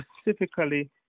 specifically